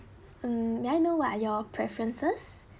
mm may I know what are your preferences